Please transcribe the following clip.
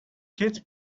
kids